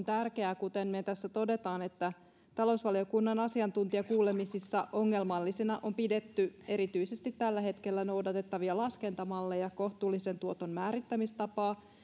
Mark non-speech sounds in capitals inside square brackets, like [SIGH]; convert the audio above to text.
[UNINTELLIGIBLE] tärkeää kuten me tässä toteamme talousvaliokunnan asiantuntijakuulemisissa ongelmallisina on pidetty erityisesti tällä hetkellä noudatettavia laskentamalleja kohtuullisen tuoton määrittämistapaa